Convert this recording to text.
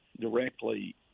directly